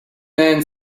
man